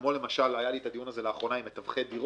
כמו למשל היה לי את הדיון הזה לאחרונה עם מתווכי דירות,